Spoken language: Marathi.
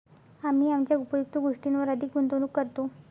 आम्ही आमच्या उपयुक्त गोष्टींवर अधिक गुंतवणूक करतो